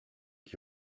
qui